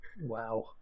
Wow